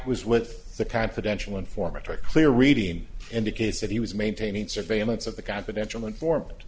was with the confidential informant a clear reading indicates that he was maintaining surveillance of the confidential inform